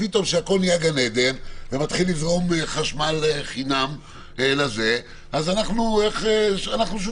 פתאום כשהכול נהיה גן עדן ומתחיל לזרום חשמל חינם אז אנחנו שותפים.